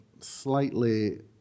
slightly